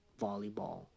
volleyball